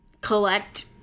collect